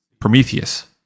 Prometheus